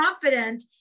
confident